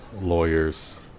lawyers